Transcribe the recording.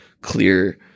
clear